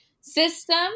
system